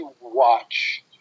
watch